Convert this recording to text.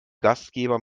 gastgeber